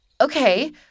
okay